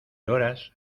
horas